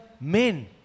men